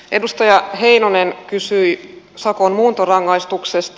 edustaja heinonen kysyi sakon muuntorangaistuksesta